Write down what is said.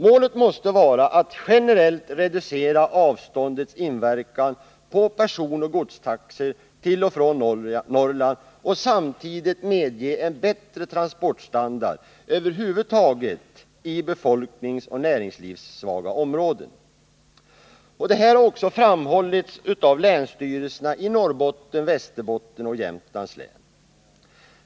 Målet måste vara att generellt reducera avståndets inverkan på personoch godstaxor till och från Norrland och samtidigt medge en bättre transportstandard över huvud taget i befolkningsoch näringslivssvaga områden. Det här har också framhållits av länsstyrelserna i Norrbottens, Västerbottens och Jämtlands län.